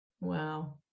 wow